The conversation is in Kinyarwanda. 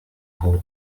aho